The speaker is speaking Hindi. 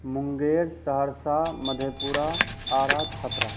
मुँगेर सहरसा मधेपुरा आरा छपरा